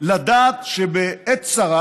לדעת שבעת צרה,